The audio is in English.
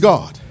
God